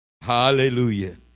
Hallelujah